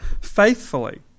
faithfully